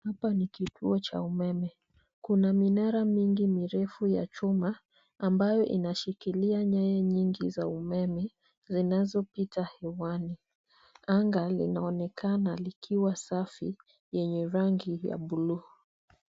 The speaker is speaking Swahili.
Hapa ni kituo cha umeme. Kuna minara mingi mirefu ya chuma, ambayo inashikilia nyaya nyingi za umeme, zinazopita hewani. Anga linaonekana likiwa safi yenye rangi ya blue .